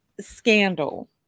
scandal